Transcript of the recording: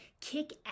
kick